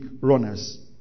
runners